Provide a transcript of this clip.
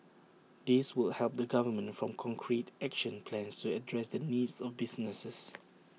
this will help the government form concrete action plans to address the needs of businesses